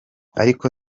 ariko